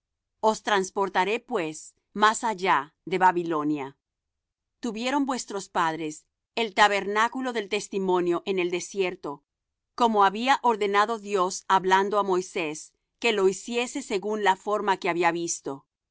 os transportaré pues más allá de babilonia tuvieron nuestros padres el tabernáculo del testimonio en el desierto como había ordenado dios hablando á moisés que lo hiciese según la forma que había visto